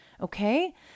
Okay